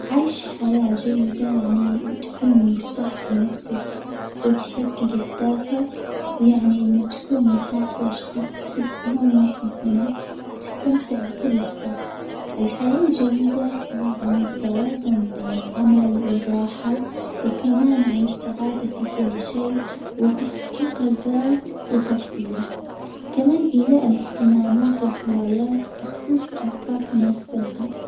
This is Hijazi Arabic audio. عيش حياة جيدة يعني تكون مرتاح في نفسك، وتحجج أهدافك، ويعني أنه تكون محاط بأشخاص تحبهم، ويحبونك، تستمتع بكل لحظة، الحياة الجيدة هي عن التوازن بين العمل، والراحة، و كمان عن السعادة في كل شيء وتحقيق الذات وتقديره، كمان إيلاء الإهتمامات الهوايات، وتخصيص أوقات مناسبة لها.